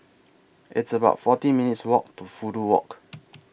It's about forty minutes' Walk to Fudu Walk